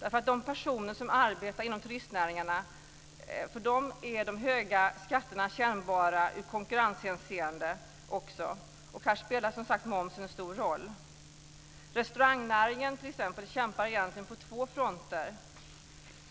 För de personer som arbetar inom turistnäringarna är de höga skatterna kännbara i konkurrenshänseende, och här spelar momsen en stor roll. Restaurangnäringen, t.ex., kämpar egentligen på två fronter.